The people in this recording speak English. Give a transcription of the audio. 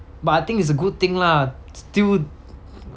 but I think it's a good thing lah still